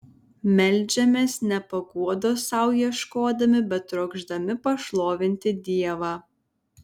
meldžiamės ne paguodos sau ieškodami bet trokšdami pašlovinti dievą